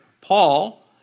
Paul